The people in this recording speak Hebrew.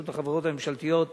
רשות החברות הממשלתיות,